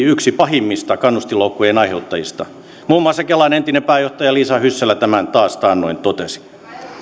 yksi pahimmista kannustinloukkujen aiheuttajista muun muassa kelan entinen pääjohtaja liisa hyssälä tämän taas taannoin totesi